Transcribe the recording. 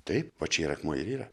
taip va čia ir akmuo ir yra